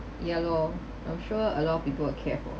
ya loh I'm sure a lot of people will care for